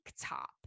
top